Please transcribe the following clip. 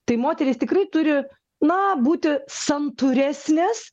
tai moterys tikrai turi na būti santūresnės